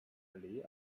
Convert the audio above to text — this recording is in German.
allee